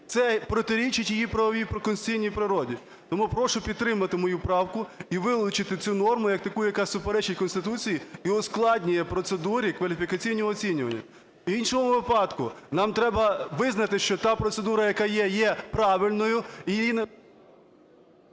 Це протирічить її правовій, проконституційній природі. Тому прошу підтримати мою правку і вилучити цю норму як таку, яка суперечить Конституції і ускладнює процедури кваліфікаційного оцінювання. В іншому випадку нам треба визнати, що та процедура, яка є, є правильною і її не…